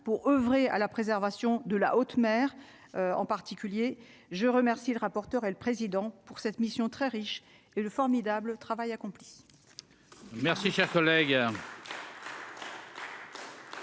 pour oeuvrer à la préservation de la haute mer, en particulier, je remercie le rapporteur et le président pour cette mission très riche et le formidable travail accompli.